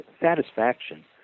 satisfaction